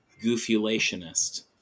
goofulationist